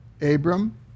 Abram